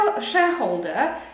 shareholder